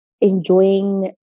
enjoying